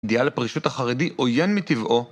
אידיאל הפרישות החרדי עויין מטבעו